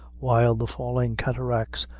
while the falling cataracts,